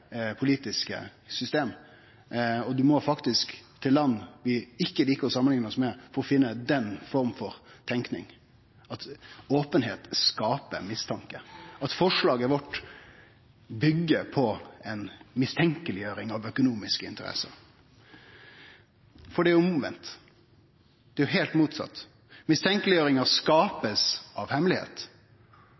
politiske systemet. Ein må faktisk til land vi ikkje liker å samanlikne oss med for å finne den forma for tenking: at openheit skaper mistanke, at forslaget vårt byggjer på ei mistenkeleggjering av økonomiske interesser. For det er jo omvendt, det er heilt motsett: Mistenkeleggjering blir skapt av